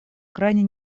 крайне